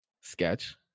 sketch